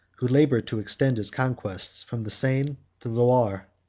who labored to extend his conquests from the seine to the loire.